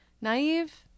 naive